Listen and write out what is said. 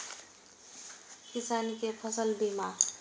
किसान कै फसल बीमा?